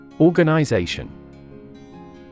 Organization